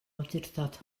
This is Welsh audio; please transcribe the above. awdurdod